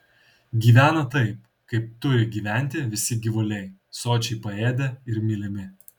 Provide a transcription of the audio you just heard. gyvena taip kaip turi gyventi visi gyvuliai sočiai paėdę ir mylimi